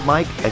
Mike